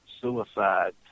suicide